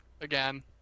again